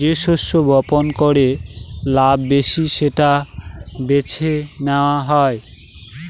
যে শস্য বপন করে লাভ বেশি সেটা বেছে নেওয়া হয়